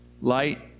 Light